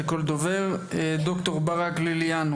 ד"ר ברק ליליאן,